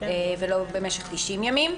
ולא במשך 90 ימים.